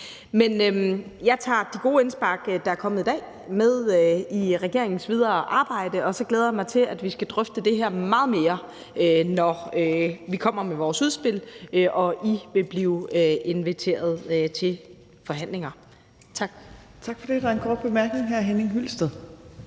Men jeg tager de gode indspark, der er kommet i dag, med i regeringens videre arbejde, og så glæder jeg mig til, at vi skal drøfte det her meget mere, når vi kommer med vores udspil og I vil blive inviteret til forhandlinger. Tak. Kl. 12:38 Tredje næstformand (Trine